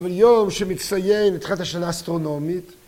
‫ביום שמציין ‫התחלת השנה האסטרונומית.